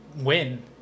Win